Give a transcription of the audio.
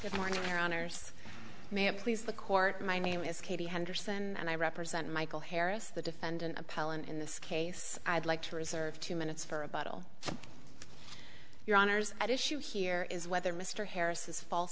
good morning your honour's may please the court my name is katie henderson and i represent michael harris the defendant appellant in this case i'd like to reserve two minutes for a bottle of your honor's at issue here is whether mr harris is false